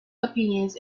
opinions